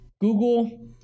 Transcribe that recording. Google